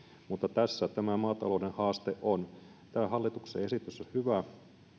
mutta tässä tämä maatalouden haaste on tämä hallituksen esitys on hyvä